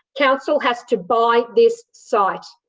council has to buy this site.